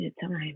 time